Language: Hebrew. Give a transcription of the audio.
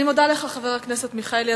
אני מודה לך, חבר הכנסת מיכאלי.